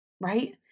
right